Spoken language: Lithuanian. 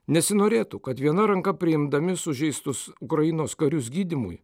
nesinorėtų kad viena ranka priimdami sužeistus ukrainos karius gydymui